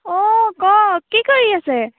অ কওক কি কৰি আছে